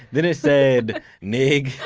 then it said nig,